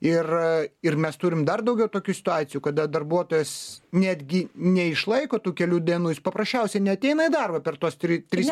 ir ir mes turim dar daugiau tokių situacijų kada darbuotojas netgi neišlaiko tų kelių dienų jis paprasčiausiai neateina į darbą per tuos tri tris